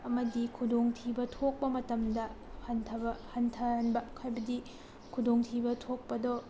ꯑꯃꯗꯤ ꯈꯨꯗꯣꯡ ꯊꯤꯕ ꯊꯣꯛꯄ ꯃꯇꯝꯗ ꯍꯟꯊꯕ ꯍꯟꯊꯍꯟꯕ ꯍꯥꯏꯕꯗꯤ ꯈꯨꯗꯣꯡ ꯊꯤꯕ ꯊꯣꯛꯄꯗꯣ